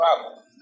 problem